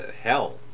hell